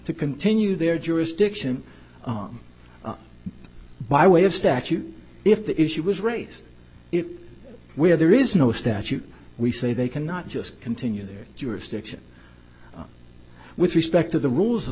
to continue their jurisdiction on by way of statute if the issue was race if where there is no statute we say they cannot just continue their jurisdiction with respect to the rules of